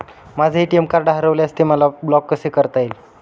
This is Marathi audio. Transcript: माझे ए.टी.एम कार्ड हरविल्यास ते मला ब्लॉक कसे करता येईल?